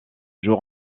jour